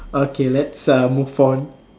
okay let's uh move on